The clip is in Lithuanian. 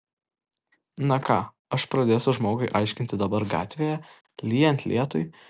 na ką aš pradėsiu žmogui aiškinti dabar gatvėje lyjant lietui